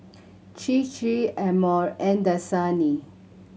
Chir Chir Amore and Dasani